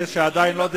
אלה שעדיין לא דיברו עם,